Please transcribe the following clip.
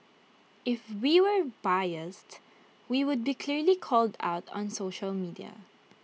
if we were biased we would be clearly called out on social media